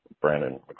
Brandon